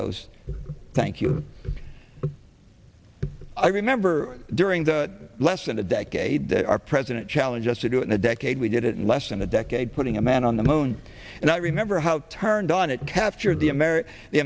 those thank you but i remember during the less than a decade that our president challenged us to do it in a decade we did it in less than a decade putting a man on the moon and i remember how turned on it captured the